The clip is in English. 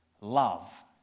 love